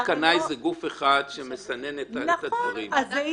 ועדת קנאי זה גוף אחד שמסנן את הדברים.